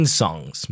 songs